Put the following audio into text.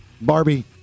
Barbie